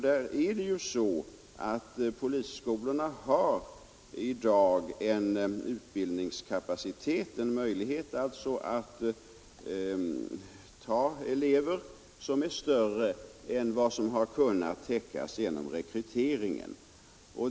Där är det ju så att polisskolorna har i dag en utbildningskapacitet, alltså en möjlighet att ta emot elever, som är större än vad som har kunnat täckas genom rekryteringen.